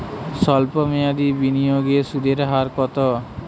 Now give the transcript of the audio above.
সল্প মেয়াদি বিনিয়োগে সুদের হার কত?